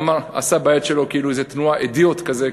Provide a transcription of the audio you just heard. עשה ביד שלו כאילו איזו תנועה "אידיוט כזה",